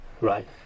Right